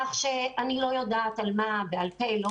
כך שאני לא יודעת אם בעל-פה או לא